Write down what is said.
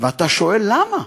ואתה שואל: למה?